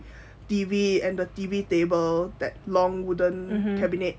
T_V and the T_V table that long wooden cabinet